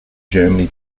germany